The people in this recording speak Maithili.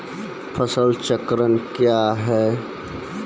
फसल चक्रण कया हैं?